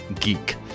geek